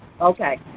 Okay